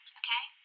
okay